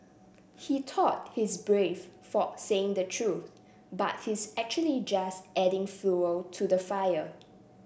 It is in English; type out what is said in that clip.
he thought he's brave for saying the truth but he's actually just adding fuel to the fire